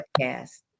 podcast